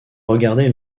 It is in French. regardé